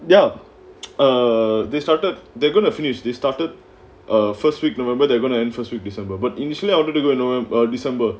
ya uh they started they're gonna finish they started err first week november they're gonna interest with december but initially I wanted to go and november december